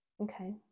okay